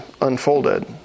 unfolded